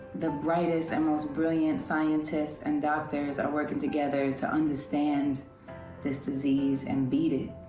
the brightest and most brilliant scientists and doctors are working together to understand this disease and beat it.